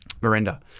Miranda